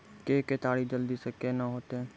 के केताड़ी जल्दी से के ना होते?